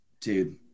dude